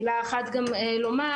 מילה אחת גם לומר,